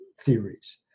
theories